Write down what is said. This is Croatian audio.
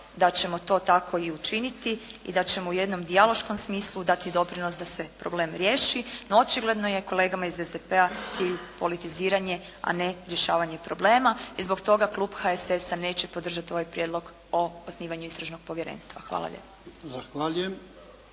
da ćemo to tako i učiniti i da ćemo u jednom dijaloškom smislu dati doprinos da se problem riješi. No, očigledno je kolegama iz SDP-a cilj politiziranje a ne rješavanje problema i zbog toga klub HSS-a neće podržati ovaj Prijedlog o osnivanju istražnog povjerenstva. Hvala lijepa.